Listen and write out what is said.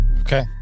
Okay